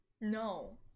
No